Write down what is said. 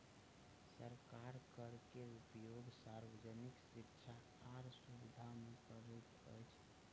सरकार कर के उपयोग सार्वजनिक शिक्षा आर सुविधा में करैत अछि